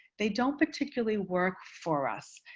they don't particularly work for us.